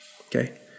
Okay